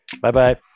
Bye-bye